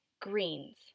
greens